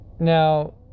Now